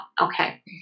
okay